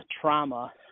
trauma